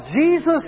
Jesus